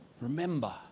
Remember